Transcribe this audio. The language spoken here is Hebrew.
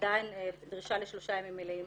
עדיין שלושה ימים מלאים.